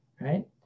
Right